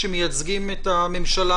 שמייצגים את הממשלה,